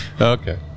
Okay